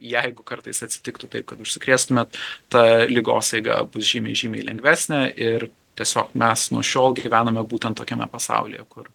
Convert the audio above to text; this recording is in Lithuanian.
jeigu kartais atsitiktų taip kad užsikrėstumėt ta ligos eiga bus žymiai žymiai lengvesnė ir tiesiog mes nuo šiol gyvename būtent tokiame pasaulyje kur